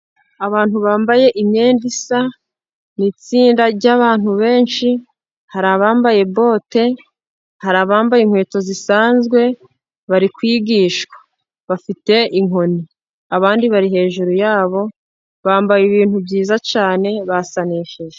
Abantu bambaye imyenda isa. Ni itsinda ry'abantu benshi, hari abambaye bote, hari abambaye inkweto zisanzwe, bari kwigishwa, bafite inkoni. Abandi bari hejuru yabo, bambaye ibintu byiza cyane basanishije.